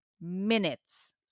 minutes